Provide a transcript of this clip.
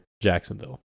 Jacksonville